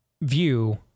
view